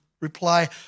reply